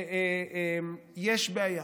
יש בעיה.